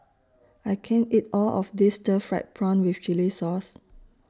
I can't eat All of This Stir Fried Prawn with Chili Sauce